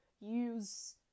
use